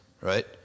right